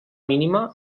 mínima